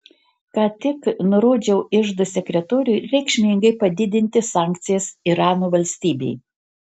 ką tik nurodžiau iždo sekretoriui reikšmingai padidinti sankcijas irano valstybei